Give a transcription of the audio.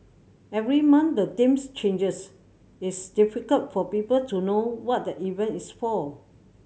every month the themes changes it's difficult for people to know what the event is for